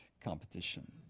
competition